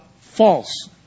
false